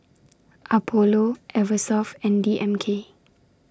Apollo Eversoft and D M K